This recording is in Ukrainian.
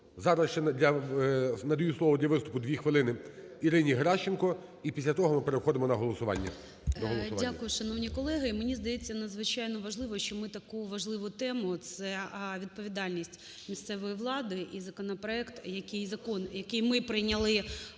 Зараз ще я надаю слово для виступу, 2 хвилини, Ірині Геращенко. І після того ми переходимо до голосування. 12:45:23 ГЕРАЩЕНКО І.В. Дякую, шановні колеги. Мені здається, надзвичайно важливо, що ми таку важливу тему – це відповідальність місцевої влади і законопроект, який… закон,